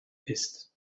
ist